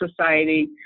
society